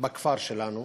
בכפר שלנו.